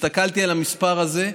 כשהסתכלתי על המספר הזה,